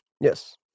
Yes